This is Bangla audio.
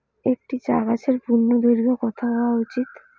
একটি চা গাছের পূর্ণদৈর্ঘ্য কত হওয়া উচিৎ?